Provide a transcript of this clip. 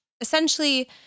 essentially